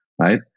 right